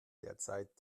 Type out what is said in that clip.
derzeit